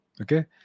Okay